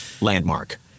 Landmark